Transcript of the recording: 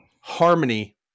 Harmony